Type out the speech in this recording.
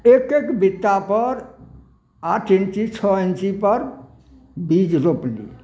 एक एक बित्ता पर आठ इञ्ची छओ इञ्ची पर बीज रोपली